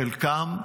חלקם,